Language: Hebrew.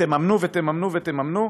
תממנו ותממנו ותממנו,